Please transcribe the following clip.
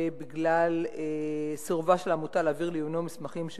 ובגלל סירובה של העמותה להעביר לעיונו מסמכים שביקש.